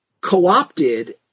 co-opted